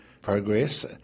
progress